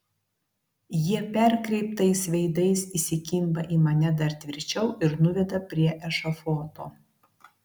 jie perkreiptais veidais įsikimba į mane dar tvirčiau ir nuveda prie ešafoto